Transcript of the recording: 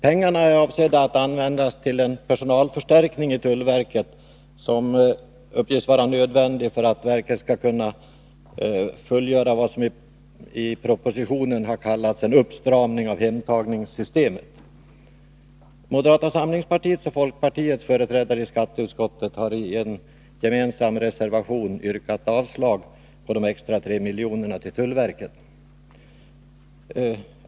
Pengarna är avsedda att användas till en personalförstärkning i tullverket som uppges vara nödvändig för att verket skall kunna fullgöra vad som i propositionen har kallats en uppstramning av hemtagningssystemet. Moderata samlingspartiets och folkpartiets företrädare i skatteutskottet har i en gemensam reservation yrkat avslag på de extra 3 miljonerna till tullverket.